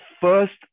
first